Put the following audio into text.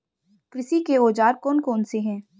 कृषि के औजार कौन कौन से हैं?